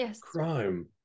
crime